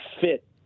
fit